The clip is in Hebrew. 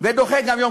ודוחה גם יום